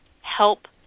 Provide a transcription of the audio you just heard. help